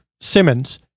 Simmons